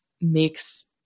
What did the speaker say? makes